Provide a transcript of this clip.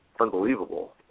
unbelievable